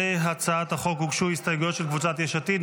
להצעת החוק הוגשו הסתייגויות של קבוצת יש עתיד.